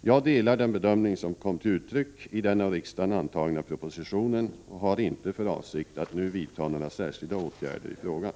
Jag delar den bedömning som kom till uttryck i den av riksdagen antagna propositionen och har inte för avsikt att nu vidta några särskilda åtgärder i frågan.